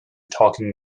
talking